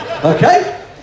okay